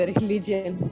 religion